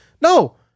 No